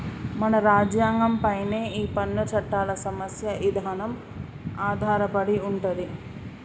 మన రాజ్యంగం పైనే ఈ పన్ను చట్టాల సమస్య ఇదానం ఆధారపడి ఉంటది